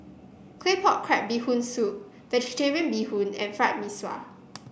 Claypot Crab Bee Hoon Soup vegetarian Bee Hoon and Fried Mee Sua